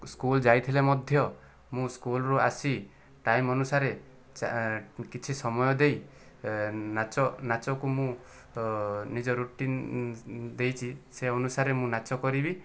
school ଯାଇଥିଲେ ମଧ୍ୟ ମୁଁ ସ୍କୁଲରୁ ଆସି ଟାଇମ ଅନୁସାରେ କିଛି ସମୟ ଦେଇ ନାଚ ନାଚକୁ ମୁଁ ନିଜ ରୁଟିନ ଦେଇଛି ସେହି ଅନୁସାରେ ମୁଁ ନାଚ କରିବି